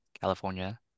California